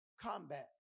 combat